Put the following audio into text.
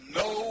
no